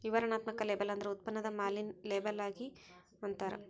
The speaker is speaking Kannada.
ವಿವರಣಾತ್ಮಕ ಲೇಬಲ್ ಅಂದ್ರ ಉತ್ಪನ್ನದ ಮ್ಯಾಲಿನ್ ಲೇಬಲ್ಲಿಗಿ ಅಂತಾರ